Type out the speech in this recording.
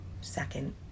second